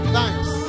Thanks